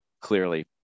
Clearly